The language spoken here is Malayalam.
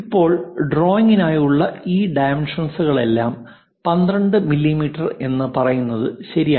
ഇപ്പോൾ ഡ്രോയിംഗിനായുള്ള ഈ ഡൈമെൻഷൻസ്കളെല്ലാം 12 മില്ലീമീറ്റർ എന്ന് പറയുന്നത് ശരിയാണ്